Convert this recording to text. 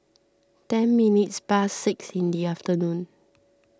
ten minutes past six in the afternoon